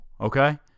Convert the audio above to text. okay